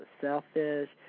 selfish